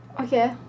Okay